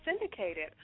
syndicated